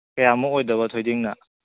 ꯀꯌꯥꯃꯨꯛ ꯑꯣꯏꯗꯣꯏꯕ ꯊꯣꯏꯗꯤꯡꯅ